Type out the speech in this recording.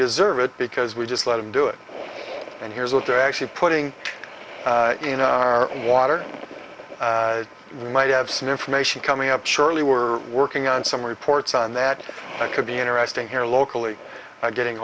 deserve it because we just let him do it and here's what they're actually putting in our water we might have some information coming up surely we're working on some reports on that it could be interesting here locally by getting